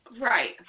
Right